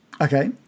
Okay